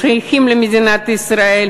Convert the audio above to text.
שייכים למדינת ישראל,